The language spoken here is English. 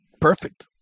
perfect